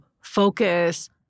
focus